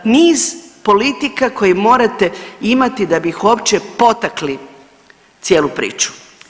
Niz politika koje morate imati da bi ih uopće potakli cijelu priču.